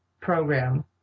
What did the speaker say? program